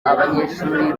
abanyeshuri